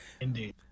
Indeed